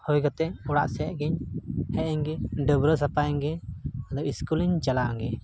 ᱦᱩᱭ ᱠᱟᱛᱮᱫ ᱚᱲᱟᱜ ᱥᱮᱫᱜᱤᱧ ᱦᱮᱡ ᱮᱱᱜᱮ ᱰᱟᱹᱵᱽᱨᱟᱹᱣ ᱥᱟᱯᱷᱟᱭᱮᱱ ᱜᱮ ᱟᱫᱚ ᱥᱠᱩᱞᱤᱧ ᱪᱟᱞᱟᱣᱮᱱ ᱜᱮ